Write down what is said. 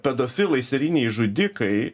pedofilai serijiniai žudikai